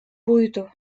buydu